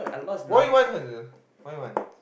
what do you want her what do you want